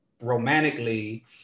romantically